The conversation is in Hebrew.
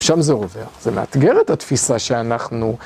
שם זה עובר, זה מאתגר את התפיסה שאנחנו...